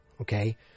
okay